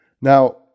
Now